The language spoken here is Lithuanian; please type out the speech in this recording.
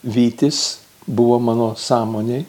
vytis buvo mano sąmonėj